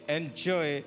enjoy